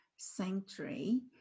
sanctuary